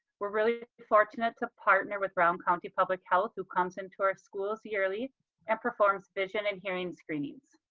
we're really fortunate to partner with brown county public health who comes into our school's yearly and performance vision and hearing screenings.